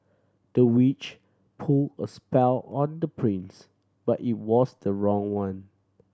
the witch put a spell on the prince but it was the wrong one